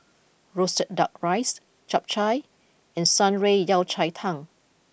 Roasted Duck Riced Chap Chai and Shan Rui Yao Cai Tang